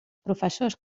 professors